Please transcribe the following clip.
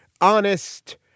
honest